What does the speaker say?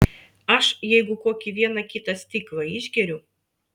aš jeigu kokį vieną kitą stiklą išgeriu